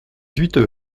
huit